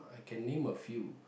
can name a few